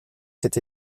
cet